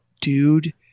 dude